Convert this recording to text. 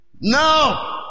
No